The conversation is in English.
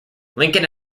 lincoln